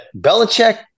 Belichick